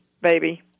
baby